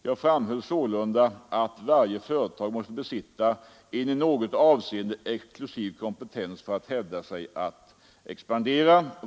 Jag framhöll sålunda att varje företag måste besitta en i något avseende exklusiv kompetens för att hävda sig och expandera.